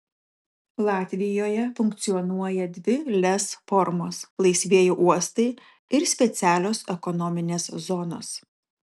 latvijoje funkcionuoja dvi lez formos laisvieji uostai ir specialios ekonominės zonos